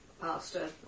pastor